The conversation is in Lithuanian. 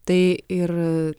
tai ir